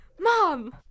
Mom